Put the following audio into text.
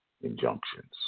injunctions